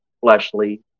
fleshly